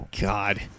God